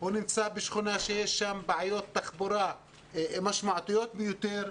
הוא נמצא בשכונה שיש בה בעיות תחבורה משמעותיות ביותר,